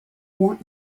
want